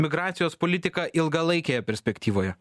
migracijos politika ilgalaikėje perspektyvoje